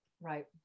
Right